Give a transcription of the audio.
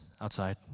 outside